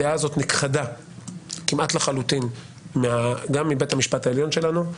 הדעה הזו נכחדה כמעט לחלוטין גם מבית המשפט העליון שלנו,